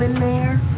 mayor?